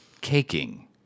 Caking